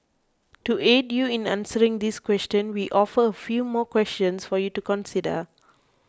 to aid you in answering this question we offer a few more questions for you to consider